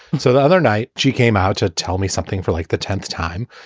so the other night she came out to tell me something for like the tenth time.